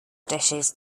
dishes